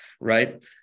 right